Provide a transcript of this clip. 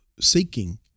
seeking